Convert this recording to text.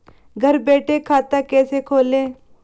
घर बैठे खाता कैसे खोलें?